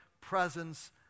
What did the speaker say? presence